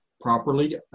properly